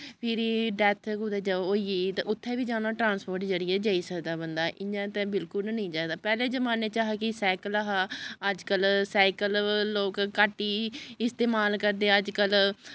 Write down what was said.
फ्हिरी डैत्थ कुतै होई गेई ते उत्थै बी जाना हो ते ट्रांस्पोर्ट दे ज'रियै जाई सकदा बंदा इ'यां ते बिल्कुल निं जाई सकदा पैह्ले जमान्ने च कि सैकल हा अजकल्ल साइकल लोक घट्ट गै इस्तेमाल करदे अजकल्ल